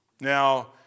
Now